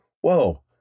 whoa